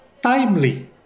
timely